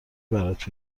برات